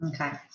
okay